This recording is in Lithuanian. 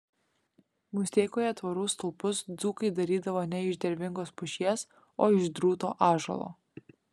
musteikoje tvorų stulpus dzūkai darydavo ne iš dervingos pušies o iš drūto ąžuolo